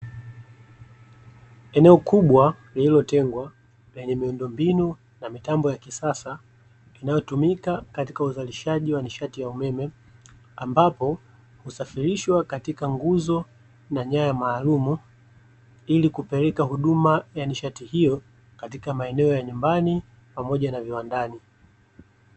Eneo kubwa lililo tengwa lenye miundombinu na mitambo ya kisasa inayotumika katika uzalishaji wa nishati ya umeme . Ambapo hufasirishwa katika nguzo na nyaya maalumu, ili kupeleka huduma ya nishati hiyo katika maeneo ya nyumbani paamoja na viwandani.